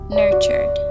nurtured